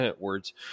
Words